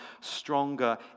stronger